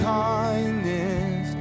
kindness